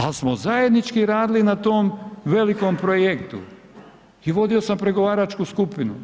Ali smo zajednički radili na tom velikom projektu i vodio sam pregovaračku skupinu.